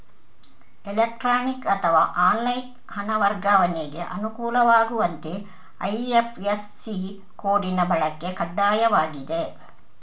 electronic ಅಥವಾ online ಹಣ ವರ್ಗಾವಣೆಗೆ ಅನುಕೂಲವಾಗುವಂತೆ ಐ.ಎಫ್.ಎಸ್.ಸಿ ಕೋಡಿನ ಬಳಕೆ ಕಡ್ಡಾಯವಾಗಿದೆ